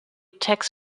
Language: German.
tax